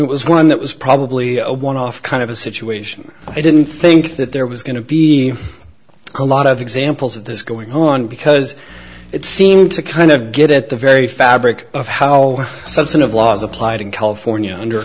it was one that was probably a one off kind of a situation i didn't think that there was going to be a lot of examples of this going on because it seemed to kind of get at the very fabric of how substantive laws applied in california under